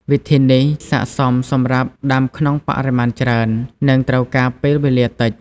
វិធីនេះស័ក្តិសមសម្រាប់ដាំក្នុងបរិមាណច្រើន និងត្រូវការពេលវេលាតិច។